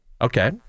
Okay